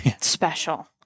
Special